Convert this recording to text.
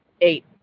Eight